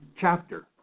chapter